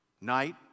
night